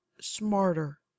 smarter